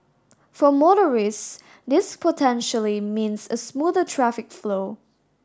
for motorist this potentially means a smoother traffic flow